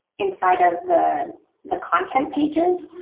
inside of the the content pages,